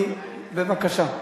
בבקשה.